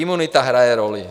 Imunita hraje roli.